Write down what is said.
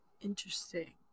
interesting